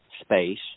space